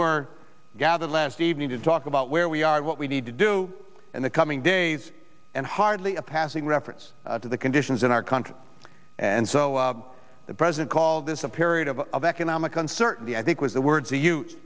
were gathered last evening to talk about where we are what we need to do in the coming days and hardly a passing reference to the conditions in our country and so the president called this a period of economic uncertainty i think was the words he use